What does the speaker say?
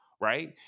right